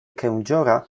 kędziora